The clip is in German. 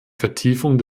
vertiefung